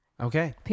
Okay